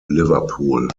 liverpool